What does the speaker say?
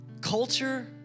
culture